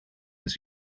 was